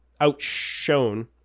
outshone